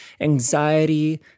anxiety